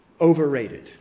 overrated